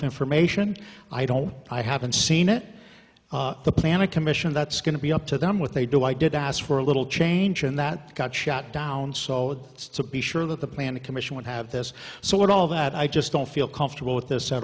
information i don't i haven't seen it the planning commission that's going to be up to them what they do i did ask for a little change and that got shot down so it's to be sure that the planning commission won't have this so at all that i just don't feel comfortable with this at